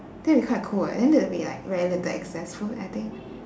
that'll be quite cool [what] then there'll be very little excess food I think